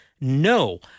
No